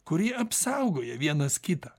kuri apsaugoja vienas kitą